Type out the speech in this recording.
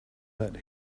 but